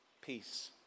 peace